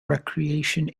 recreation